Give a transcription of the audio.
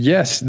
Yes